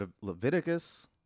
Leviticus